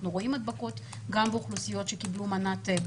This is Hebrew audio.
אנחנו רואים הדבקות גם באוכלוסיות שקיבלו מנת בוסטר,